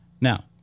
Now